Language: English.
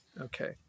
Okay